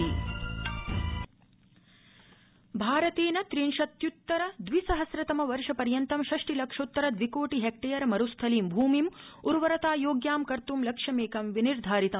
प्रधानमन्त्री भारतेन त्रिंशत्युत्तर द्वि सहस्रतम वर्षपर्यन्तं षष्टि लक्षोत्तर द्वि कोटि हैक्टेयर मरूस्थलीम् भूमिं उर्वरतायोग्यं कर्त् लक्ष्यमेक विनिर्धारितम्